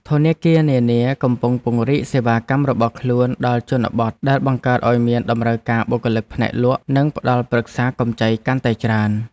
ធនាគារនានាកំពុងពង្រីកសេវាកម្មរបស់ខ្លួនដល់ជនបទដែលបង្កើតឱ្យមានតម្រូវការបុគ្គលិកផ្នែកលក់និងផ្តល់ប្រឹក្សាកម្ចីកាន់តែច្រើន។